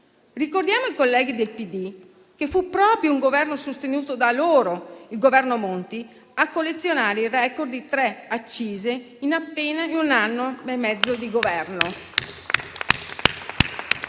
Ricordiamo ai colleghi del PD che fu proprio un Governo sostenuto da loro, il Governo Monti, a collezionare il *record* di tre accise in appena un anno e mezzo di Governo